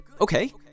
okay